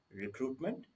recruitment